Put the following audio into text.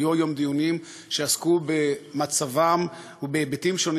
היו היום דיונים שעסקו בהיבטים שונים